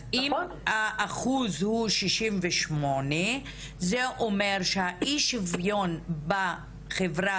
אז אם אחוז הוא 68 זה אומר שהאי שוויון בחברה